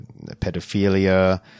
pedophilia